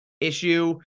issue